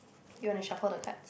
you want to shuffle the cards